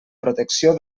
protecció